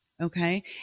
Okay